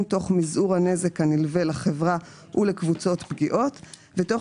תוך מזעור הנזק הנלווה לחברה ולקבוצות פגיעות ותוך